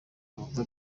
numva